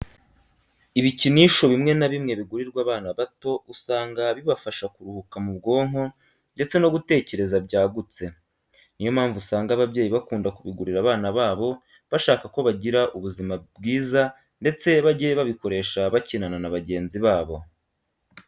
Ibikinisho bimwe na bimwe bigurirwa abana bato usanga bibafasha kuruhuka mu bwonko ndetse no gutekereza byagutse. Niyo mpamvu usanga ababyeyi bakunda kubigurira abana babo bashaka ko bagira ubuzima byiza ndetse bajye babikoresha bakinana ba bagenzi babo.